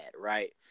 right